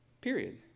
Period